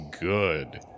good